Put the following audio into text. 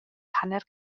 hanner